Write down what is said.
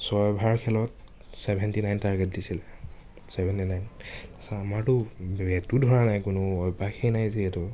ছয় অভাৰ খেলত চেভেন্টি নাইন টাৰ্গেট দিছিল নাইন তাৰপাছত আমাৰটো বেটো ধৰা নাই কোনোই অভ্যাসে নাই যিহেতু